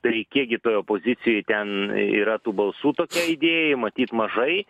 tai kiekgi toj opozicijoj ten yra tų balsų tokiai idėjai matyt mažai